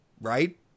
right